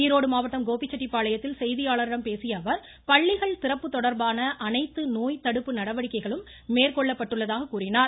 ஈரோடு மாவட்டம் கோபிச்செட்டிப்பாளையத்தில் செய்தியாளர்களிடம் பேசியஅவர் பள்ளிகள் திறப்பு தொடர்பான அனைத்து நோய் தடுப்பு நடவடிக்கைகளும் மேற்கொள்ளப்பட்டுள்ளதாக கூறினார்